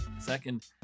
Second